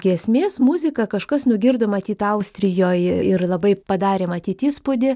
giesmės muziką kažkas nugirdo matyt austrijoj ir labai padarė matyt įspūdį